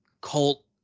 cult